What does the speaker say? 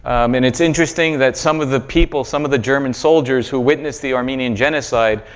and it's interesting that some of the people, some of the german soldiers who witnessed the armenian genocide,